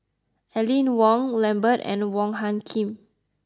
Aline Wong Lambert and Wong Hung Khim